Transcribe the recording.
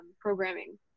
programming